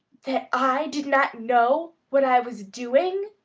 that i did not know what i was doing!